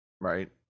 right